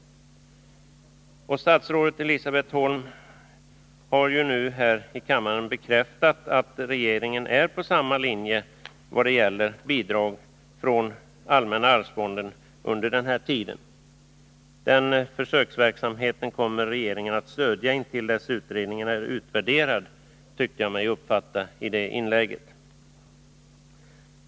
Statsrådet Elisabet Holm har nu här i kammaren bekräftat att regeringen följer samma linje när det gäller bidrag från allmänna arvsfonden under denna tid. Den försöksverksamheten kommer regeringen att stödja tills utredningen är utvärderad, tyckte jag mig uppfatta i hennes inlägg.